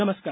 नमस्कार